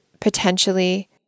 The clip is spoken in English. potentially